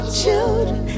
children